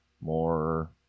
more